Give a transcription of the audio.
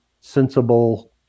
sensible